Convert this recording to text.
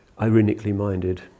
ironically-minded